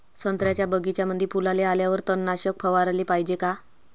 संत्र्याच्या बगीच्यामंदी फुलाले आल्यावर तननाशक फवाराले पायजे का?